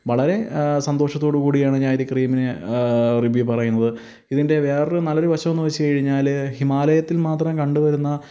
വളരെ സന്തോഷത്തോടു കൂടിയാണ് ഞാനിത് ക്രീമിന് റിവ്യൂ പറയുന്നത് ഇതിന്റെ വേറൊരു നല്ലൊരു വശമെന്നു വെച്ചുകഴിഞ്ഞാൽ ഹിമാലയത്തില് മാത്രം കണ്ടുവരുന്ന